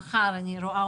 מחר,